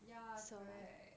ya correct